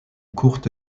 courte